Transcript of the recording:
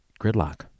gridlock